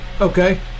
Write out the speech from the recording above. Okay